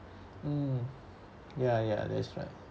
mm ya ya that's right